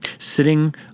sitting